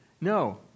No